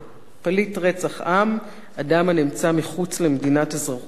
"פליט רצח-עם" אדם הנמצא מחוץ למדינת אזרחותו,